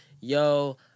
yo